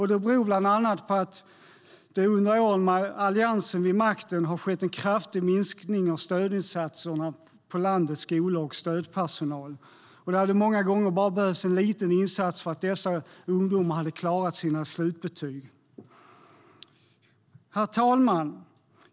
Det beror bland annat på att det under åren med Alliansen vid makten har skett en kraftig minskning av stödinsatser och stödpersonal på landets skolor. Många gånger hade det bara behövts en liten insats för att dessa ungdomar skulle klara sina slutbetyg. Herr talman!